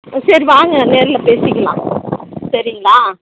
சரி வாங்க நேரில் பேசிக்கலாம் சரிங்களா